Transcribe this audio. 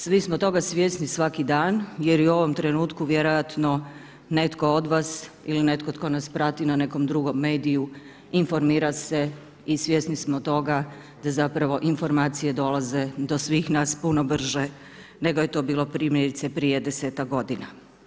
Svi smo toga svjesni svaki dan jer i u ovom trenutku netko od vas ili netko tko nas prati na nekom drugom mediju informira se i svjesni smo toga da zapravo informacije dolaze do svih puno brže nego je to bilo primjerice prije 10-ak godina.